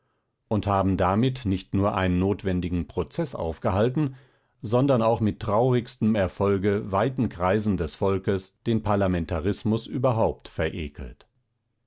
und haben damit nicht nur einen notwendigen prozeß aufgehalten sondern auch mit traurigstem erfolge weiten kreisen des volkes den parlamentarismus überhaupt verekelt